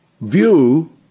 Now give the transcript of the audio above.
view